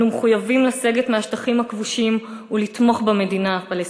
אנו מחויבים לסגת מהשטחים הכבושים ולתמוך במדינה הפלסטינית.